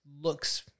looks –